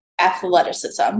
athleticism